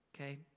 okay